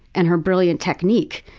and her brilliant technique.